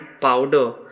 powder